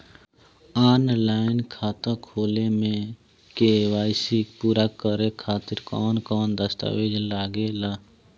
Online खाता खोले में के.वाइ.सी पूरा करे खातिर कवन कवन दस्तावेज लागे ला?